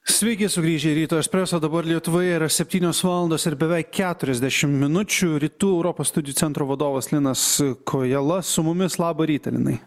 sveiki sugrįžę į ryto espreso dabar lietuvoje yra septynios valandos ir beveik keturiasdešim minučių rytų europos studijų centro vadovas linas kojala su mumis labą rytą linai